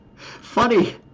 Funny